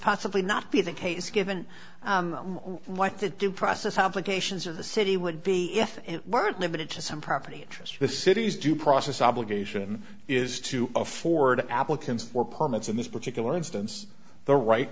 possibly not be the case given what the due process how implications of the city would be if it weren't limited to some property interest the city's due process obligation is to afford applicants or permits in this particular instance the right